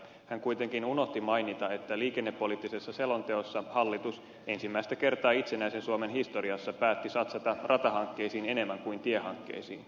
hän kuitenkin unohti mainita että liikennepoliittisessa selonteossa hallitus ensimmäistä kertaa itsenäisen suomen historiassa päätti satsata ratahankkeisiin enemmän kuin tiehankkeisiin